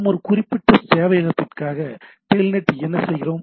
நாம் ஒரு குறிப்பிட்ட சேவையகத்திற்கு டெல்நெட் என்ன செய்கிறோம்